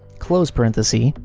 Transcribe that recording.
close parenthesis,